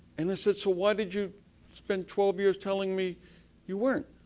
and, i said, so why did you spend twelve years telling me you weren't?